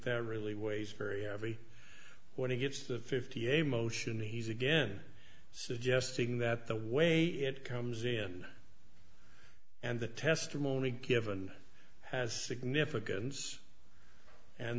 there really weighs very heavy when he gets the fifty a motion he's again suggesting that the way it comes in and the testimony given has significance and